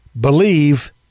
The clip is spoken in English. Believe